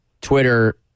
Twitter